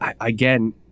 Again